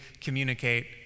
communicate